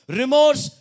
remorse